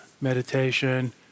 meditation